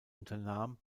unternahm